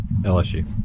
LSU